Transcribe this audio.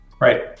Right